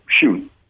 shoot